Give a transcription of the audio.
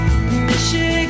Michigan